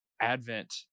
Advent